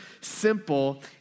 simple